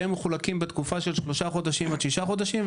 שהם מחולקים בתקופה של שלושה חודשים עד שישה חודשים,